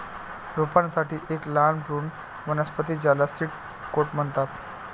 रोपांसाठी एक लहान भ्रूण वनस्पती ज्याला सीड कोट म्हणतात